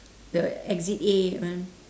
the exit A that one